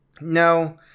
No